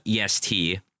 EST